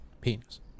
Penis